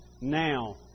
now